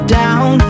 down